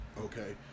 Okay